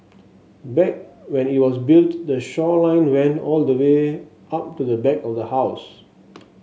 back when it was built the shoreline went all the way up to the back of the house